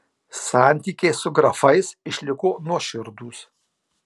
santykiai su grafais išliko nuoširdūs